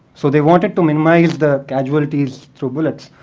so they wanted to minimize the casualties through bullets.